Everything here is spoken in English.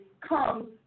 come